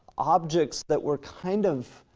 objects that were kind of,